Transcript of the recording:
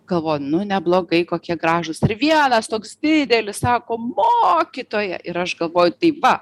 galvoju nu neblogai kokie gražūs ir vienas toks didelis sako mokytoja ir aš galvoju tai va